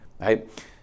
right